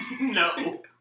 No